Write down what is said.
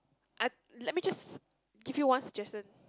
I let me just give you one suggestion